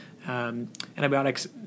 Antibiotics